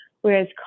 whereas